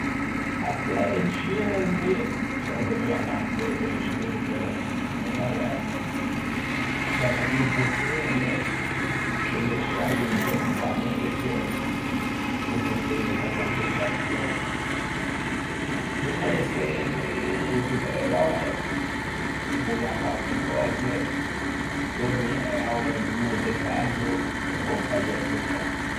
A telecinesi son dovuo anâ à vedde in sce internet cöse l'é, saiva à dî o potere de mesciâ i oggetti co-a mente, co-o potere da concentraçion. Se poesse ëse un supeeröe bon à fâ ste cöse, torniæ a-o rigô de Baggio e gh'ô faiæ segnâ.